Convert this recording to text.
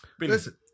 Listen